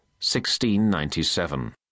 1697